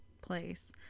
place